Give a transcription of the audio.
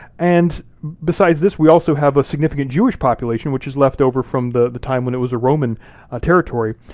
and besides this, we also have a significant jewish population which is left over from the the time when it was a roman ah territory.